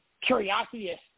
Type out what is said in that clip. curiosity